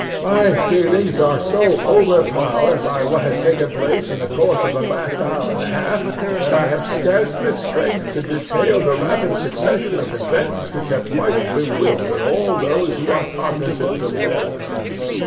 my feelings are so overpowered by what has taken place in the course of the last hour and a half, that i have scarcely strength to detail the rapid succession of events which have quite bewildered all those who are cognizant of their occurrence.